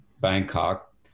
Bangkok